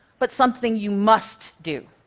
but something you must do.